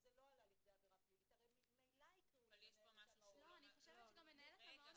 שזה לא עלה לכדי עבירה פלילית הרי ממילא יקראו למנהלת המעון.